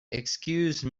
excuse